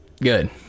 good